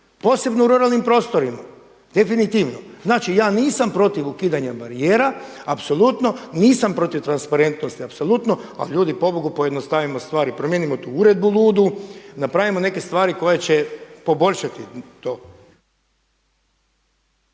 posebno u ruralnim prostorima definitivno. Znači ja nisam protiv ukidanja barijera, apsolutno. Nisam protiv transparentnosti apsolutno, a ljudi pobogu pojednostavimo stvari, promijenimo tu uredbu ludu, napravimo neke stvari koje će poboljšati to.